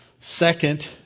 second